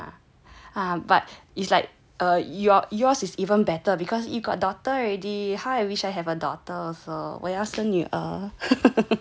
um but it's like err your yours is even better because you got daughter already how I wish I have a daughter also